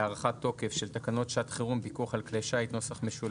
להארכת תוקף של תקנות שעת חירום (פיקוח על כלי שיט) ,